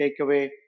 takeaway